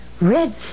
Red